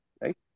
right